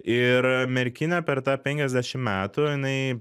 ir merkinė per tą penkiasdešimt metų jinai